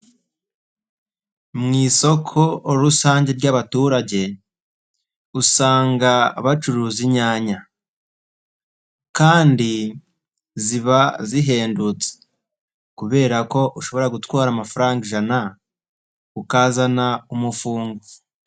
Mu isoko rusange ry'abaturage usanga bacuruza inyanya, kandi ziba zihendutse kubera ko ushobora gutwara amafaranga ijana ukazana umufungo.